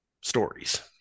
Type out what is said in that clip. stories